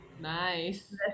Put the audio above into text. Nice